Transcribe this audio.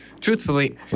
truthfully